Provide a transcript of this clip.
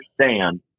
understand